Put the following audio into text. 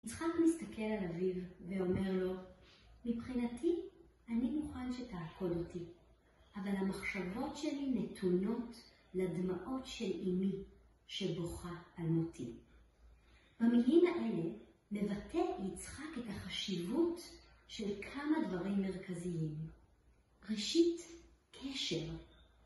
יצחק מסתכל על אביו ואומר לו, מבחינתי אני מוכן שתעקוד אותי, אבל המחשבות שלי נתונות לדמעות של אמי שבוכה על מותי. במילים אלה מבטא יצחק את החשיבות של כמה דברים מרכזיים. ראשית, קשר.